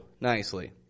nicely